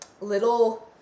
little